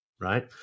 right